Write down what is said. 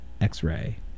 X-Ray